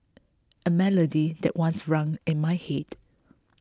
a melody that once rang in my head